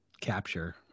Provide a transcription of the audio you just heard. capture